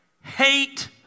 Hate